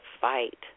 fight